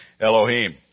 Elohim